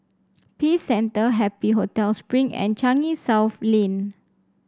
Peace Centre Happy Hotel Spring and Changi South Lane